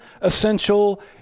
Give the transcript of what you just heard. essential